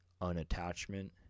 unattachment